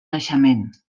naixement